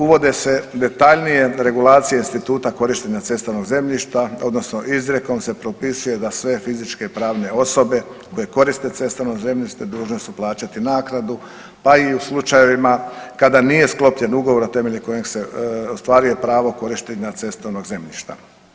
Uvode se detaljnije regulacije instituta korištenja cestovnog zemljišta odnosno izrijekom se propisuje da sve fizičke i pravne osobe koje koriste cestovno zemljište dužne su plaćati naknadu pa i u slučajevima kada nije sklopljen ugovor na temelju kojeg se ostvaruje pravo korištenja cestovnog zemljišta.